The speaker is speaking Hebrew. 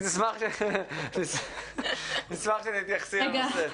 אינה, נשמח שתתייחסי לנושא.